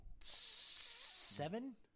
Seven